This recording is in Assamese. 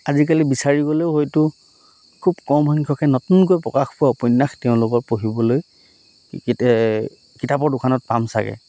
আজিকালি বিচাৰি গ'লেও হয়তো খুব কম সংখ্যকে নতুনকৈ প্ৰকাশ পোৱা উপন্যাস তেওঁলোকৰ পঢ়িবলৈ কেতিয়া কিতাপৰ দোকানত পাম চাগে